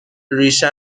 ریشه